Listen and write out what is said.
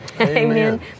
Amen